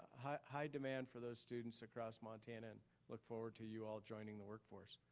high high demand for those students across montana and look forward to you all joining the workforce.